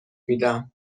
میدم